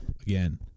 Again